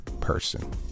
person